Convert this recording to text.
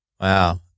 Wow